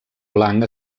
blanc